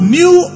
new